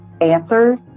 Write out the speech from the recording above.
answers